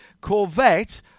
Corvette